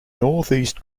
northeast